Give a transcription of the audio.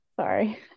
sorry